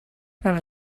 from